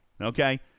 okay